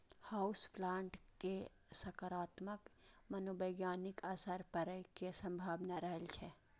house plant के सकारात्मक मनोवैज्ञानिक असर पड़ै के संभावना रहै छै